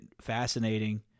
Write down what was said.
fascinating